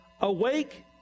awake